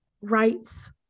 rights